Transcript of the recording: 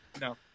No